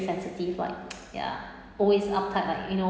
sensitive like ya always uptight like you know